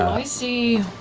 i see.